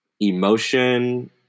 emotion